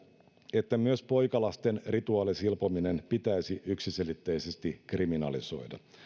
että myös poikalasten rituaalisilpominen pitäisi yksiselitteisesti kriminalisoida